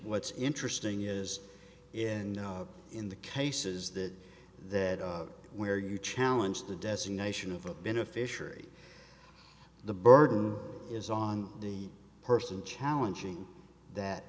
what's interesting is in in the cases that that where you challenge the designation of a beneficiary the burden is on the person challenging that